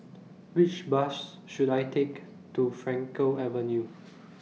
Which Bus should I Take to Frankel Avenue